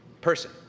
person